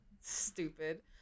Stupid